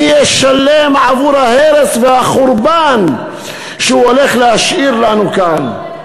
מי ישלם עבור ההרס והחורבן שהוא הולך להשאיר לנו כאן?